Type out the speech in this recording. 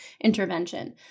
intervention